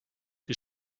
die